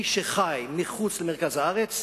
מי שחי מחוץ למרכז הארץ,